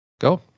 Go